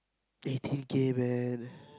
eighty K man